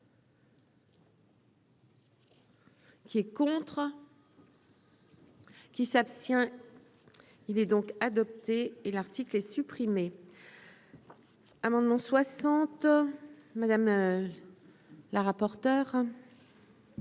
Qui est contre. Qui s'abstient, il est donc adopté et l'article est supprimé, amendement 60 madame la rapporteure.